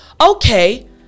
Okay